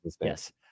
Yes